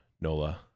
Nola